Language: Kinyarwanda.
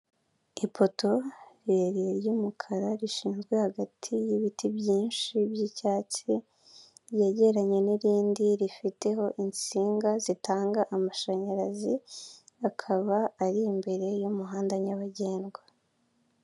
Ipoto rirerire ry'umukara rishinzwe hagati y'ibiti byinshi by'icyatsi ryegeranye n'irindi rifiteho insinga zitanga amashanyarazi akaba ari imbere y'umuhanda nyabagendwa.